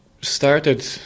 started